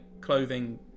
clothing